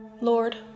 Lord